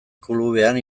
klubean